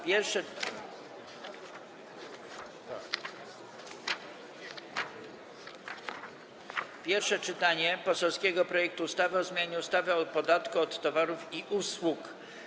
Pierwsze czytanie poselskiego projektu ustawy o zmianie ustawy o podatku od towarów i usług.